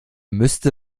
müsste